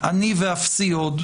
וכך תעשו".